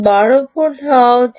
12 volt হওয়া উচিত